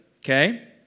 okay